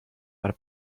per